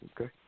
Okay